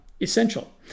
essential